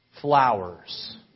Flowers